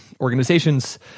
organizations